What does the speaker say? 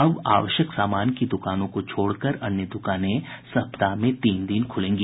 अब आवश्यक सामान की दुकानों को छोड़कर अन्य दुकानें सप्ताह में तीन दिन खुलेंगी